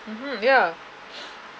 mmhmm yeah